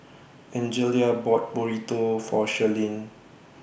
Angelia bought Burrito For Shirleen